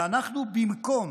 ואנחנו, במקום